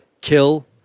Kill